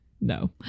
No